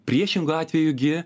priešingu atveju gi